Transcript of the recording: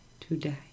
today